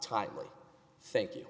tightly thank you